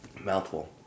Mouthful